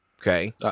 okay